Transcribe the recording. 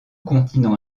continent